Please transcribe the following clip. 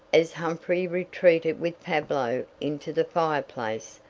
as humphrey retreated with pablo into the fireplace,